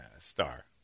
star